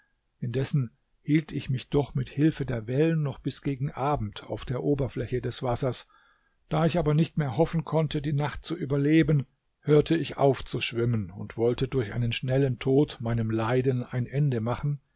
indessen hielt ich mich doch mit hilfe der wellen noch bis gegen abend auf der oberfläche des wassers da ich aber nicht mehr hoffen konnte die nacht zu überleben hörte ich auf zu schwimmen und wollte durch einen schnellen tod meinem leiden ein ende machen